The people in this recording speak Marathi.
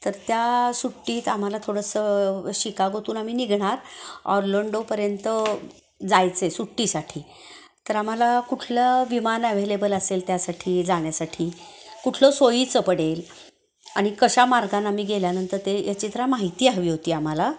तर त्या सुट्टीत आम्हाला थोडंसं शिकागोतून आम्ही निघणार ऑर्लोंडोपर्यंत जायचंय सुट्टीसाठी तर आम्हाला कुठलं विमान ॲव्हेलेबल असेल त्यासाठी जाण्यासाठी कुठलं सोयीचं पडेल आणि कशा मार्गानं आम्ही गेल्यानंतर ते याची जरा माहिती हवी होती आम्हाला